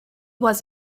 was